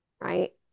right